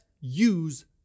use